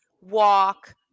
Walk